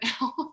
now